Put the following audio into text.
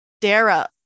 Dara